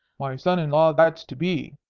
my son-in-law that's to be,